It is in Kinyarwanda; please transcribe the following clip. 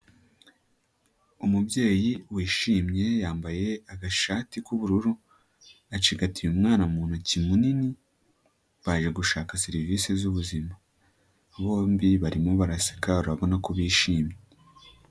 Umubyeyi wishimye yambaye agashati k'ubururu, acigatiye umwana mu ntoki munini, baje gushaka serivisi z'ubuzima. Bombi barimo baraseka urabona ko bishimye.